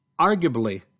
Arguably